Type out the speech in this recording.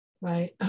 right